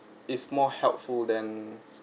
it's more helpful than